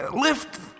Lift